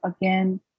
again